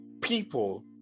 people